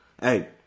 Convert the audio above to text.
Hey